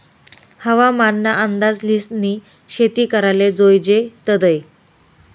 हवामान ना अंदाज ल्हिसनी शेती कराले जोयजे तदय